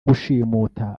gushimuta